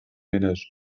ménages